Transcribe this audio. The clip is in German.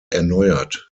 erneuert